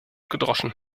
gedroschen